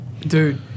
Dude